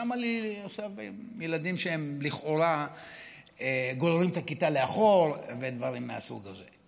למה לי עכשיו ילדים שהם לכאורה גוררים את הכיתה לאחור ודברים מהסוג הזה?